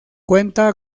cuenta